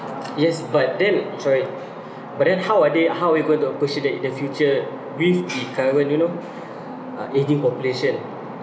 yes but then sorry but then how are they how are we going to approach it that in the future with the current you know uh ageing population because of